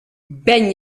ben